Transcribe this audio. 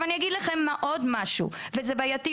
אני אומר עוד משהו בעייתי